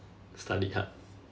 studied hard